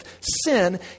sin